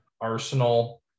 Arsenal